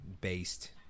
based